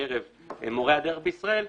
בקרב מורי הדרך בישראל,